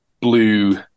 blue